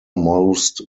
most